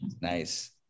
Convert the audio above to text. Nice